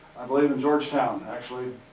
i believe in georgetown actually.